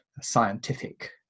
scientific